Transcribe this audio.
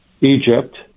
egypt